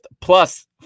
plus